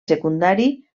secundari